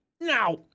Now